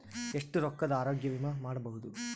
ಎಷ್ಟ ರೊಕ್ಕದ ಆರೋಗ್ಯ ವಿಮಾ ಮಾಡಬಹುದು?